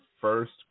first